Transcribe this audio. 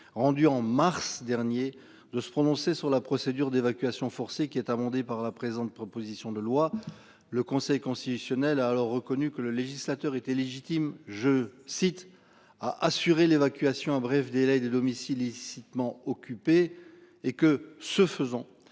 rendue en mars dernier de se prononcer sur la procédure d'évacuation forcée qui est amendé par la présente, proposition de loi, le Conseil constitutionnel a alors reconnu que le législateur était légitime, je cite à assurer l'évacuation à bref délai des domiciles illicitement occupé et que ce faisant